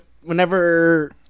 whenever